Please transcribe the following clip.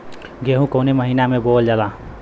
गेहूँ कवने महीना में बोवल जाला?